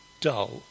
dull